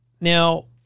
Now